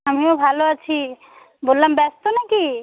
আমিও ভালো আছি বললাম ব্যস্ত না কি